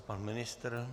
Pan ministr?